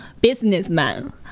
businessman